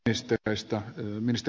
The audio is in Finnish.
arvoisa puhemies